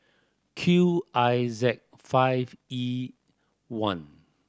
Q I Z five E one